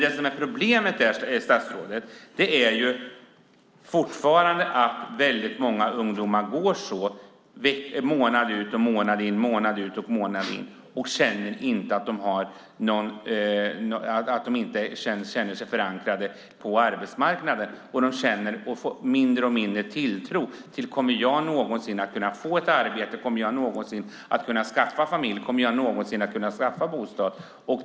Det som är problemet, statsrådet, är fortfarande att många ungdomar går så månad ut och månad in utan att känna att de har någon förankring på arbetsmarknaden. De får mindre och mindre tilltro, och undrar: Kommer jag någonsin att kunna få ett arbete? Kommer jag någonsin att kunna skaffa familj? Kommer jag någonsin att kunna skaffa bostad?